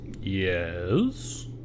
Yes